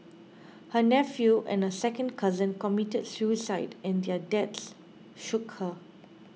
her nephew and a second cousin committed suicide and their deaths shook her